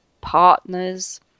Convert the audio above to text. partners